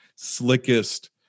Slickest